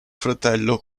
fratello